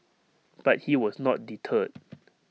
but he was not deterred